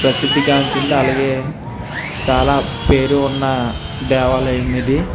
ప్రసిద్ధిగాంచింది అలాగే చాలా పేరు ఉన్న దేవాలయం ఇది